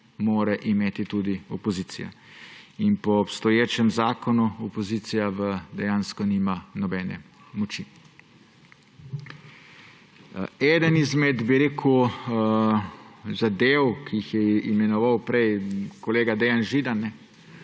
mora imeti tudi opozicija. In po obstoječem zakonu opozicija dejansko nima nobene moči. Ena izmed zadev, ki jih je imenoval prej kolega Dejan Židan,